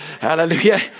Hallelujah